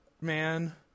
man